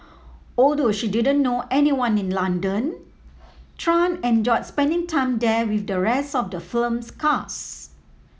although she didn't know anyone in London Tran enjoyed spending time there with the rest of the film's cast